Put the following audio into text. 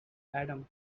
adam